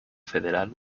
federal